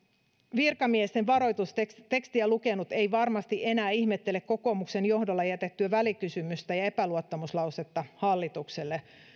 virkamiesten varoitustekstiä lukenut ei varmasti enää ihmettele kokoomuksen johdolla jätettyä välikysymystä ja epäluottamuslausetta hallitukselle